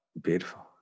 Beautiful